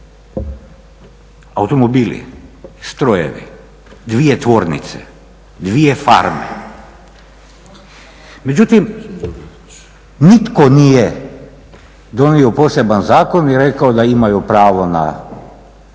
Automobili, strojevi, dvije tvornice, dvije farme. Međutim, nitko nije donio poseban zakon i rekao da imaju pravo na